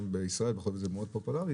בישראל בכל זאת זה מאוד פופולרי,